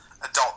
adult